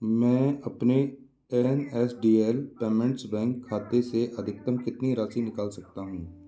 मैं अपने N S D L payments bank खाते से अधिकतम कितनी राशि निकाल सकता हूँ